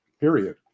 period